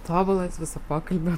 tobulas viso pokalbio